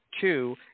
two